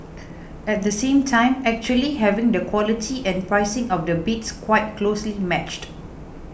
at the same time actually having the quality and pricing of the bids quite closely matched